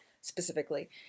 specifically